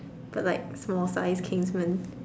but like small size Kingsmen